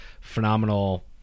phenomenal